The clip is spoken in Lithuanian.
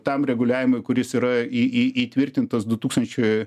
tam reguliavimui kuris yra į į įtvirtintas du tūkstančiai